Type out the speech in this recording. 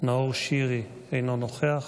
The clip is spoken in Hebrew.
נאור שירי, אינו נוכח,